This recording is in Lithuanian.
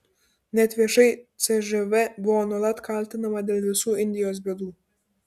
net viešai cžv buvo nuolat kaltinama dėl visų indijos bėdų